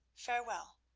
farewell,